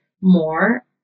more